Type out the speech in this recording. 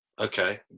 okay